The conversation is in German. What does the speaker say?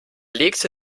legte